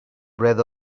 bread